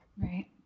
Right